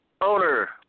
owner